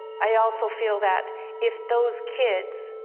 i also feel that if those kids,